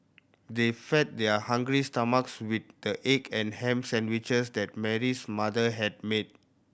they fed their hungry stomachs with the egg and ham sandwiches that Mary's mother had made